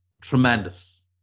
tremendous